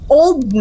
old